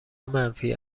منفی